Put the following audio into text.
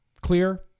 Clear